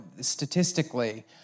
statistically